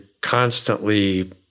constantly